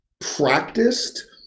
practiced